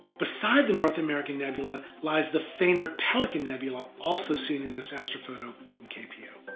beside the north american nebula lies the fainter pelican nebula, also see in this astrophoto from kpo.